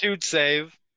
save